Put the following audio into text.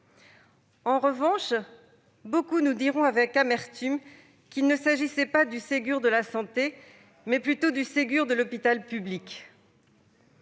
nombreux sont ceux qui nous disent avec amertume qu'il ne s'agissait pas du Ségur de la santé mais plutôt du Ségur de l'hôpital public